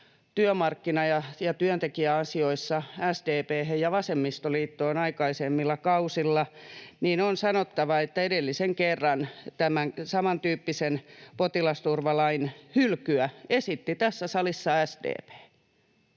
työmarkkina- ja työntekijäasioissa SDP:hen ja vasemmistoliittoon aikaisemmilla kausilla — että edellisen kerran tämän samantyyppisen potilasturvalain hylkyä esitti tässä salissa SDP.